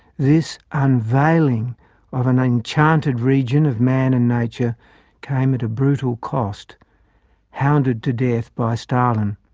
this unveiling of an enchanted region of man and nature came at a brutal cost hounded to death by stalin.